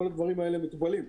כל הדברים האלה מטופלים.